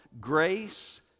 grace